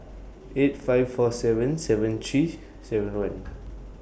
eight five four seven seven three seven one